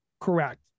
Correct